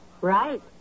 Right